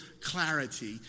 clarity